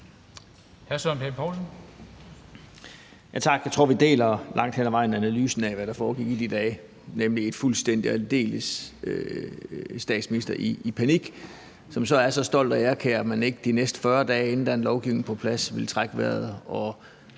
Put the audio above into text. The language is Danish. Tak. Jeg tror, vi langt hen ad vejen deler analysen af, hvad der foregik i de dage, nemlig en statsminister i fuldstændig og aldeles panik, som så er så stolt og ærekær, at man ikke de næste 40 dage, inden den lovgivning kom på plads, ville trække vejret og